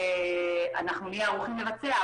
אנחנו נהיה ערוכים לבצע,